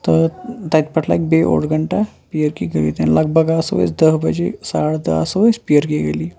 تہٕ تتہِ پیٚٹھ لَگہِ بیٚیہِ اوٚڑ گَنٹہَ پیٖر کی گلی تانۍ لگ بگ آسو أسۍ دہ بجے ساڑٕ دہ آسو أسۍ پیٖر کی گلی